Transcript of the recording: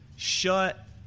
Shut